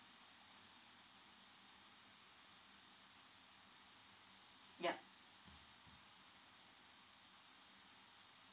yup